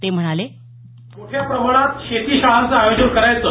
ते म्हणाले मोठ्या प्रमाणात शेती शाळांचं आयोजन करायचं